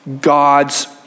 God's